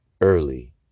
early